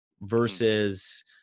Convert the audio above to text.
versus